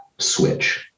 switch